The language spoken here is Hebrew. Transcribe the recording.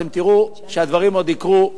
אתם תראו שהדברים עוד יקרו.